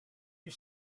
you